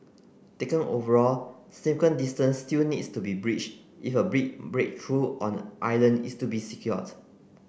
taken overall distance still needs to be bridged if a big breakthrough on the Ireland is to be secured